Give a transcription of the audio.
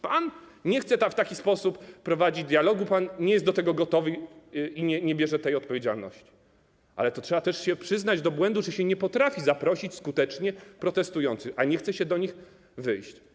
Pan nie chce w taki sposób prowadzić dialogu, pan nie jest do tego gotowy i nie bierze tej odpowiedzialności, ale to trzeba też się przyznać do błędu, że się nie potrafi zaprosić skutecznie protestujących, a nie chce się do nich wyjść.